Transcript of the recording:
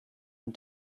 and